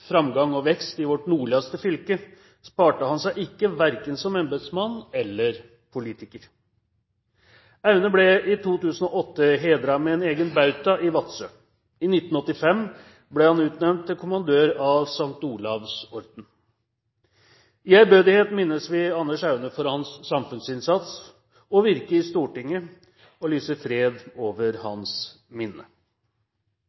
framgang og vekst i vårt nordligste fylke sparte han seg ikke, verken som embetsmann eller som politiker. Aune ble i 2008 hedret med en egen bauta i Vadsø. I 1985 ble han utnevnt til kommandør av St. Olavs Orden. I ærbødighet minnes vi Anders Aune for hans samfunnsinnsats og virke i Stortinget og lyser fred over